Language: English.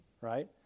right